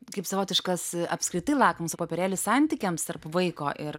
kaip savotiškas apskritai lakmuso popierėlis santykiams tarp vaiko ir